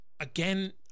Again